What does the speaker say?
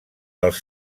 dels